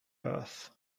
earth